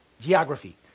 geography